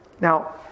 Now